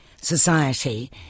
society